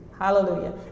Hallelujah